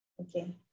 Okay